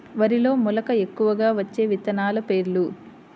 వరిలో మెలక ఎక్కువగా వచ్చే విత్తనాలు పేర్లు?